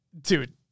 Dude